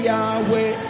Yahweh